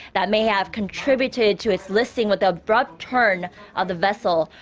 that may have contributed to its listing with the abrupt turn of the vessel.